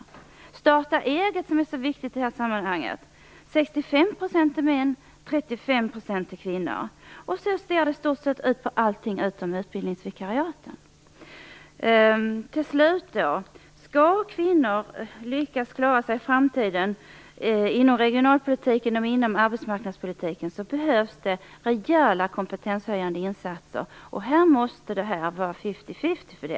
Av starta egetbidragen, som är så viktiga i detta sammanhang, går 65 % till män och 35 % till kvinnor. Så har fördelningen sett ut när det gäller i stort sett allt utom utbildningsvikariaten. Slutligen: För att kvinnor skall lyckas i framtiden behövs det rejäla kompetenshöjande insatser inom regionalpolitikens och arbetsmarknadspolitikens områden, och fördelningen måste vara fifty-fifty.